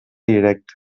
directe